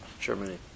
Germany